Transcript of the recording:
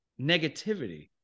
negativity